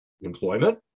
employment